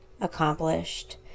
accomplished